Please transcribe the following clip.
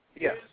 Yes